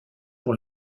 pour